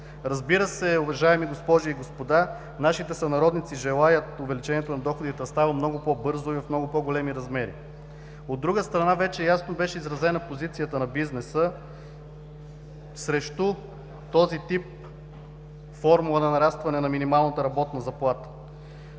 Разбира се, уважаеми госпожи и господа, нашите сънародници желаят увеличението на доходите да става много по-бързо и в много по-големи размери. От друга страна вече ясно беше изразена позицията на бизнеса срещу този тип формула на нарастване на минималната работна заплата.